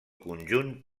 conjunt